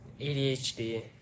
ADHD